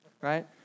right